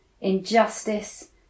injustice